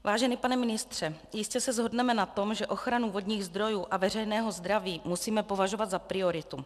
Vážený pane ministře, jistě se shodneme na tom, že ochranu vodních zdrojů a veřejného zdraví musíme považovat za prioritu.